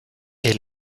est